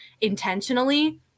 intentionally